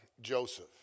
Joseph